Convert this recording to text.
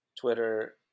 Twitter